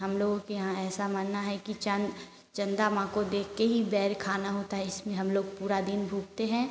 हम लोगों के यहाँ ऐसा मानना है कि चाँद चंदा माँ को देख के ही बैर खाना होता है इसमें हम लोग पूरा दिन भूकते हैं